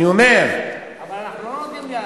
אני אומר, אבל אנחנו לא נותנים נייר.